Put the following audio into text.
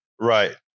Right